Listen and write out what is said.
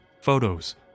photos